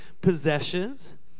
possessions